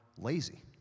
lazy